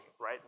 right